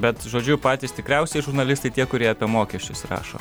bet žodžiu patys tikriausiai žurnalistai tie kurie apie mokesčius rašo